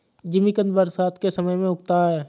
जिमीकंद बरसात के समय में उगता है